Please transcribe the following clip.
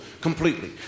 completely